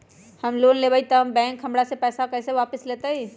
हम लोन लेलेबाई तब बैंक हमरा से पैसा कइसे वापिस लेतई?